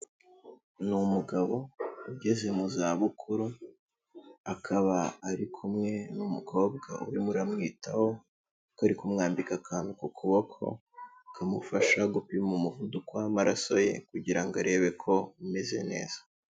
Ni umugabo ugeze mu zabukuru akaba ari kumwe n'umukobwa, urimo uramwitaho kuko ari kumwambika akantu ku kuboko kamufasha gupima umuvuduko w'amaraso ye kugira ngo arebe ko ameze neza.